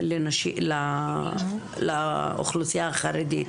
לאוכלוסיה החרדית.